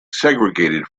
segregated